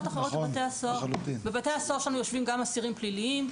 אחרות בבתי הסוהר - בבתי הסוהר שלנו יושבים גם אסירים פליליים,